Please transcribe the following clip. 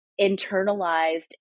internalized